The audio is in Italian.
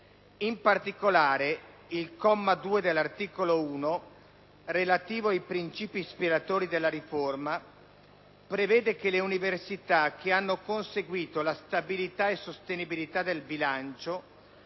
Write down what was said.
In particolare, il comma 2 dell'articolo 1, relativo ai principi ispiratori della riforma, prevede che «le università che hanno conseguito la stabilità e sostenibilità del bilancio,